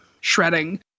shredding